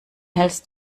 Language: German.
hältst